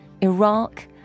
Iraq